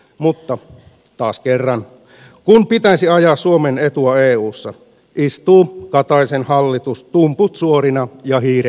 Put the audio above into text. mutta taas kerran kun pitäisi ajaa suomen etua eussa istuu kataisen hallitus tumput suorina ja hiirenhiljaa